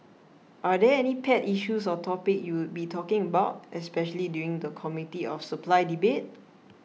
are there any pet issues or topics you would be talking about especially during the Committee of Supply debate